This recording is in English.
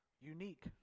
Unique